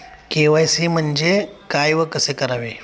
KYC म्हणजे काय व कसे करावे?